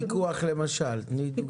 פיקוח למשל, תני דוגמה.